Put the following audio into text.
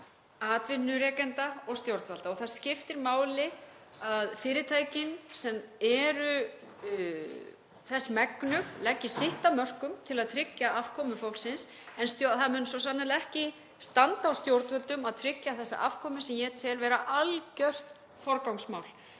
atvinnurekenda og stjórnvalda og það skiptir máli að fyrirtækin sem eru þess megnug leggi sitt af mörkum til að tryggja afkomu fólksins. En það mun svo sannarlega ekki standa á stjórnvöldum að tryggja þessa afkomu sem ég tel vera algjört forgangsmál